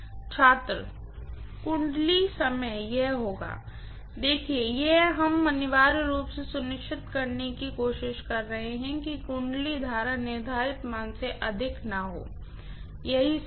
छात्र वाइंडिंग समय यह होगा प्रोफेसर देखिए हम अनिवार्य रूप से यह सुनिश्चित करने की कोशिश कर रहे हैं कि वाइंडिंग करंट निर्धारित मान से अधिक न हो यही सब है